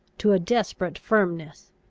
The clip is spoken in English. to a desperate firmness.